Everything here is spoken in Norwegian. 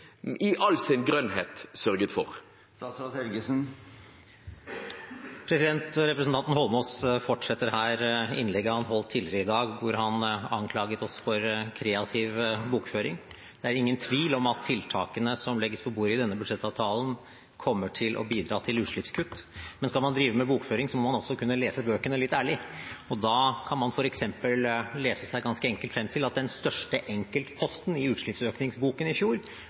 i all sin grønnhet – sørget for? Representanten Eidsvoll Holmås fortsetter her innlegget han holdt tidligere i dag hvor han anklaget oss for kreativ bokføring. Det er ingen tvil om at tiltakene som legges på bordet i denne budsjettavtalen, kommer til å bidra til utslippskutt. Men skal man drive med bokføring, må man også kunne lese bøkene ærlig, og da kan man f.eks. lese seg ganske enkelt frem til at den største enkeltposten i utslippsøkningsboken i fjor